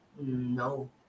No